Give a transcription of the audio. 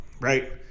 right